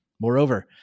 Moreover